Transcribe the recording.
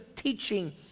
teaching